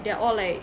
they're all like